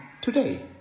today